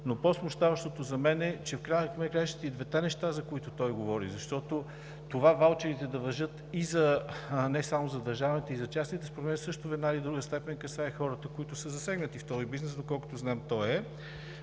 Но по-смущаващите за мен в края на краищата са и двете неща, за които той говори. Защото ваучерите да важат не само за държавните, а и за частните, според мен, също в една или друга степен касае хората, които са засегнати в този бизнес. Доколкото знам, той е.